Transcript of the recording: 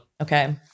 Okay